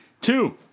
Two